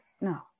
No